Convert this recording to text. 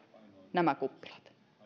nämä kuppilat